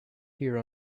here